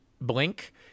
blink